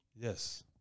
Yes